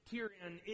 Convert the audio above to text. Tyrion